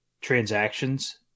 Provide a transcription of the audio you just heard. transactions